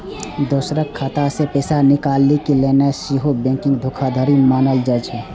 दोसरक खाता सं पैसा निकालि लेनाय सेहो बैंकिंग धोखाधड़ी मानल जाइ छै